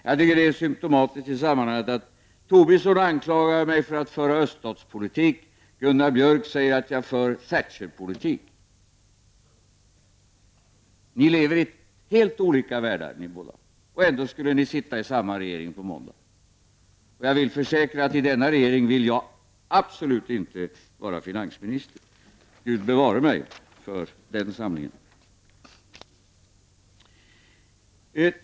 Jag tycker det är symptomatiskt i sammanhanget att Lars Tobisson anklagar mig för att föra öststatspolitik, medan Gunnar Björk säger att jag för Thatcherpolitik. Ni båda lever i helt olika världar, och ändå skulle ni sitta i samma regering på måndag! Jag försäkrar att i denna regering vill jag absolut inte vara finansminister — Gud bevare mig för den samlingen!